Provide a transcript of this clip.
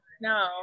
no